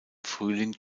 frühling